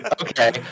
Okay